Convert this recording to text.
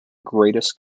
greatest